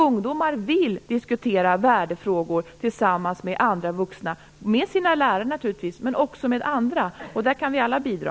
Ungdomar vill diskutera värdefrågor med andra vuxna, med sina lärare naturligtvis men också med andra, och där kan vi alla bidra.